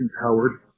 Howard